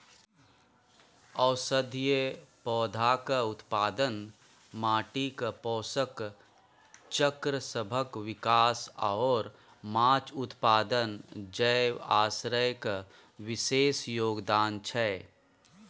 औषधीय पौधाक उत्पादन, माटिक पोषक चक्रसभक विकास आओर माछ उत्पादन जैव आश्रयक विशेष योगदान छै